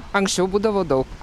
anksčiau būdavo daug